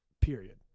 period